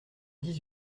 dix